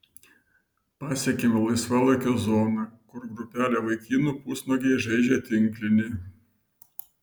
pasiekiame laisvalaikio zoną kur grupelė vaikinų pusnuogiai žaidžia tinklinį